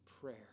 prayer